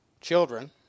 children